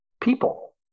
people